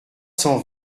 cent